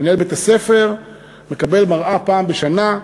מנהל בית-הספר מקבל מראה פעם בשנה,